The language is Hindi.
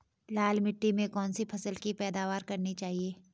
लाल मिट्टी में कौन सी फसल की पैदावार करनी चाहिए?